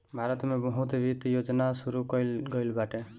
भारत में बहुते वित्त योजना शुरू कईल गईल बाटे